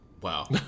Wow